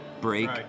break